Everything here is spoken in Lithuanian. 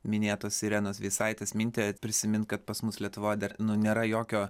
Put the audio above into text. minėtos irenos veisaitės mintį prisimint kad pas mus lietuvoje dar nėra jokio